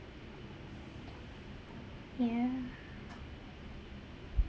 ya